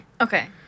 Okay